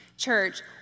church